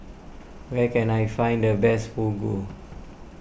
where can I find the best Fugu